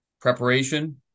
preparation